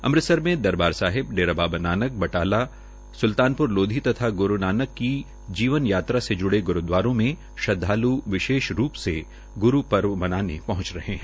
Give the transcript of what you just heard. अमृतसर में दरबार साहिब डेरा बाबा नानक बटाला सल्तानप्र लोधी तथा ग्रू नानक की जीवन यात्रा से जुड़े गुरूद्वारों में श्रद्वाल् विशेष रूप से गुरूपर्व मनाने पहुंच रहे है